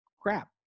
crap